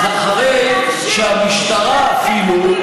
לא ייאמן, אז אחרי שהמשטרה, אפילו,